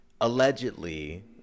allegedly